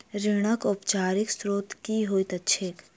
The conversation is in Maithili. ऋणक औपचारिक स्त्रोत की होइत छैक?